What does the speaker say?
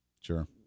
Sure